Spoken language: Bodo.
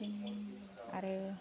आरो